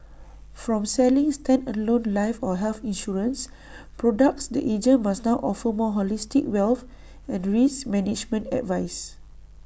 from selling standalone life or health insurance products the agent must now offer more holistic wealth and risk management advice